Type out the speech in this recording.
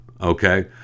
okay